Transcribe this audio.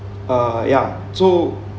uh ya so